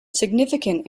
significant